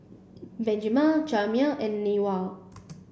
Benjiman Jamir and Newell